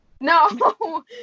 No